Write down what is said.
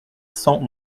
cent